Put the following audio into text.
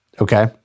Okay